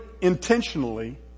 intentionally